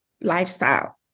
lifestyle